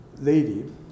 lady